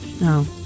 No